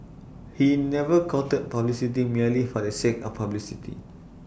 he never courted publicity merely for the sake of publicity